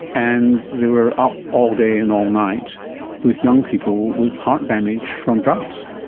and they were up all day and all night with young people with heart damage from drugs.